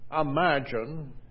imagine